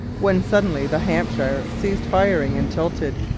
when suddenly the hampshire ceased firing and tilted.